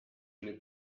n’est